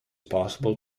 possible